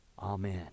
Amen